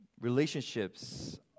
relationships